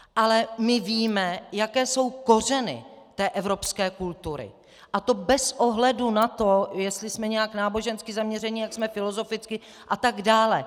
Ale my víme, jaké jsou kořeny té evropské kultury, a to bez ohledu na to, jestli jsme nějak nábožensky zaměřeni, jak jsme filozoficky a tak dále.